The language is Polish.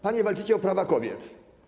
Panie walczycie o prawa kobiet.